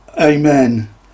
Amen